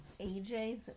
AJ's